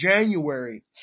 January